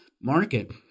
market